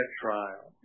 trial